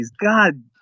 God